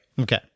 Okay